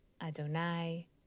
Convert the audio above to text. Adonai